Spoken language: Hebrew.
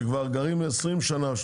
שכבר גרים 20 שנה,